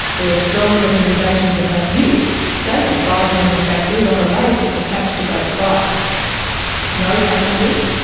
there are strong recommendations about use, stated by the manufacturers on a label attached to most bikes no passengers,